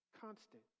Constant